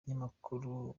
ikinyamakuru